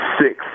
six